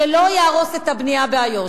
שלא יהרוס את הבנייה באיו"ש,